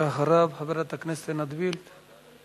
בבקשה, ואחריו, חברת הכנסת עינת וילף.